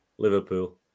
Liverpool